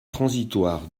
transitoire